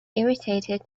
irritated